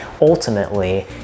Ultimately